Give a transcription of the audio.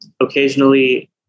Occasionally